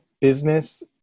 business